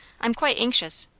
i'm quite anxious.